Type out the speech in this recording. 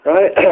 Right